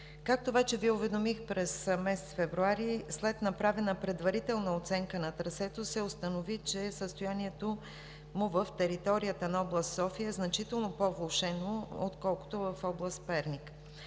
Както вече Ви уведомих, през месец февруари след направена предварителна оценка на трасето се установи, че състоянието му в територията на област София значително е по-влошено, отколкото в област Перник.